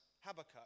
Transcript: Habakkuk